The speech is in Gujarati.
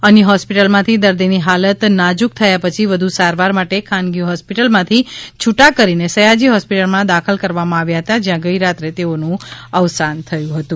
અન્ય હોસ્પિટલમાથી દર્દીની હાલત નાજુક થયા પછી વધુ સારવાર માટે ખાનગી હોસ્પિટલમાંથી છૂટા કરીને સયાજી હોસ્પિટલમાં દાખલ કરવામાં આવ્યા હતા જ્યાં ગઇરાત્રે તેઓનું અવસાન થયું હતું